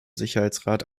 sicherheitsrat